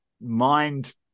mind